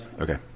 Okay